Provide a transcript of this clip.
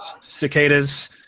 Cicadas